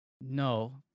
No